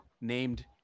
named